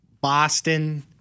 Boston